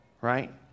right